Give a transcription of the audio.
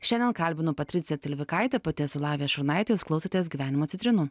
šiandien kalbinu patriciją tilvikaitę pati esu lavija šurnaitė jūs klausotės gyvenimo citrinų